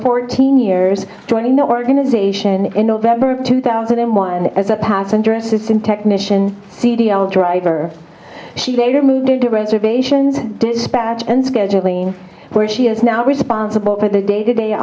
fourteen years joining the organization in november of two thousand and one as a passenger assistant technician driver she later moved to reservations dispatch and scheduling where she is now responsible for the day to day